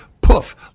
poof